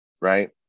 right